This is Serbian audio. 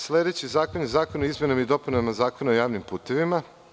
Sledeći zakon je Zakon o izmenama i dopunama Zakona o javnim putevima.